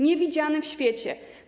Niewidziane w świecie.